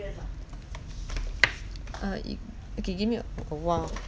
uh it okay give me a a while